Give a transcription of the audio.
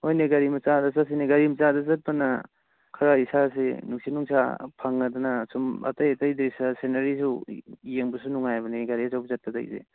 ꯍꯣꯏꯅꯦ ꯒꯥꯔꯤ ꯃꯆꯥꯗ ꯆꯠꯁꯤꯅꯦ ꯒꯥꯔꯤ ꯃꯆꯥꯗ ꯆꯠꯄꯅ ꯈꯔ ꯏꯁꯥꯁꯤ ꯅꯨꯡꯁꯤꯠ ꯅꯨꯡꯁꯥ ꯐꯪꯉꯗꯅ ꯁꯨꯝ ꯑꯇꯩ ꯑꯇꯩ ꯗ꯭ꯔꯤꯁꯥ ꯁꯤꯅꯔꯤꯁꯨ ꯌꯦꯡꯕꯁꯨ ꯅꯨꯡꯉꯥꯏꯕꯅꯦ ꯒꯥꯔꯤ ꯑꯆꯧꯕ ꯆꯠꯄꯗꯒꯤꯗꯤ